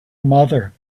mother